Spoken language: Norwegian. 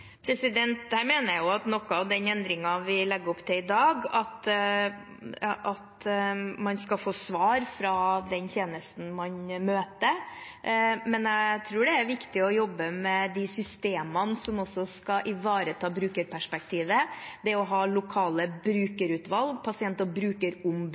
dag, med at man skal få svar fra den tjenesten man møter. Men jeg tror det er viktig å jobbe med de systemene som skal ivareta brukerperspektivet – å ha lokale brukerutvalg. Pasient- og